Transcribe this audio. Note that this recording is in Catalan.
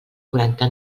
quaranta